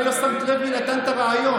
לא שמת לב מי נתן את הרעיון.